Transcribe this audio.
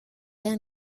yang